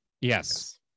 Yes